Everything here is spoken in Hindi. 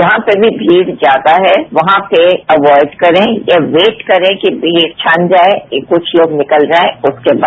जहां पर भी भीड़ ज्यादा है वहां पर अवाइड करें या वेट करें कि भीड़ छन जाएं कि कुछ लोग निकल जाएं उसके बाद